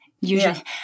usually